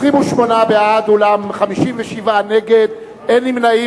28 בעד, 57 נגד, אין נמנעים.